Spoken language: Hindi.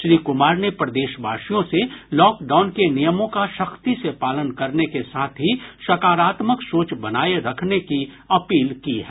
श्री कुमार ने प्रदेशवासियों से लॉकडाउन के नियमों का सख्ती से पालन करने के साथ ही सकारात्मक सोच बनाये रखने की अपील की है